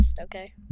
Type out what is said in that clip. okay